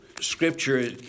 Scripture